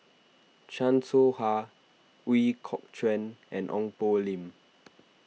Chan Soh Ha Ooi Kok Chuen and Ong Poh Lim